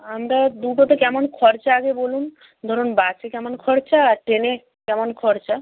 আমরা দুটোতে কেমন খরচা আগে বলুন ধরুন বাসে কেমন খরচা আর ট্রেনে কেমন খরচা